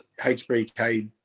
HBK